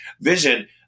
vision